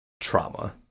trauma